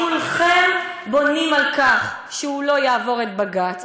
חושבת שכולכם בונים על כך שהוא לא יעבור את בג"ץ.